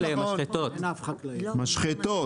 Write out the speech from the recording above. המשחטות.